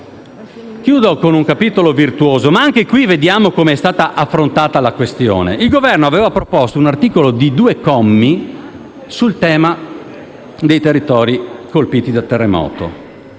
Chiudo con un capitolo virtuoso, ma vediamo com'è stato affrontato: il Governo aveva proposto un articolo di due commi sul tema dei territori colpiti dal terremoto,